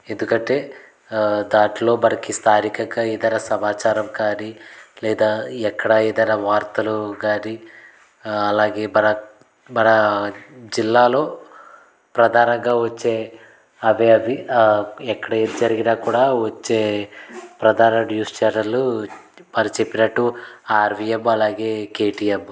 ఎందుకంటే దాంట్లో మనకి స్థానికంగా ఇతర సమాచారం కానీ లేదా ఎక్కడ ఏదైనా వార్తలు గాని అలాగే మన మన జిల్లాలో ప్రధానంగా వచ్చే అదే అవి ఎక్కడ ఏం జరిగినా కూడా వచ్చే ప్రధాన న్యూస్ ఛానల్లు మనం చెప్పినట్టు ఆర్వీఎం అలాగే కేటీఎమ్